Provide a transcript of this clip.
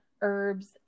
herbs